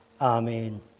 Amen